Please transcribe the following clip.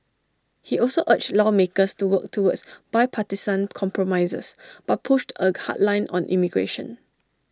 he also urged lawmakers to work towards bipartisan compromises but pushed A hard line on immigration